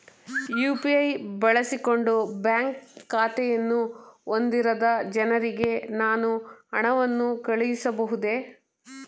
UPI ಬಳಸಿಕೊಂಡು bank ಖಾತೆಯನ್ನು ಹೊಂದಿರದ ಜನರಿಗೆ ನಾನು ಹಣವನ್ನು ಕಳುಹಿಸಬಹುದೇ?